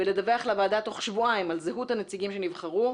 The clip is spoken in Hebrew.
ולדווח לוועדה תוך שבועיים על זהות הנציגים שנבחרו.